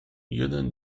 jeden